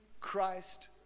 Christ